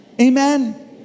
Amen